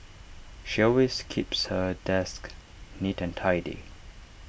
she always keeps her desk neat and tidy